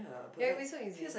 yeah it'll be so easy